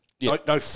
no